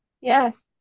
Yes